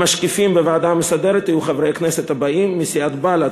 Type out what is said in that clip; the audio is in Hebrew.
המשקיפים בוועדה המסדרת יהיו חברי הכנסת הבאים: מסיעת בל"ד,